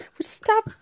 Stop